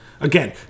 Again